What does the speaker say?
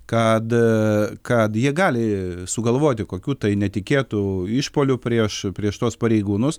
kad kad jie gali sugalvoti kokių tai netikėtų išpuolių prieš prieš tuos pareigūnus